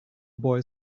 boy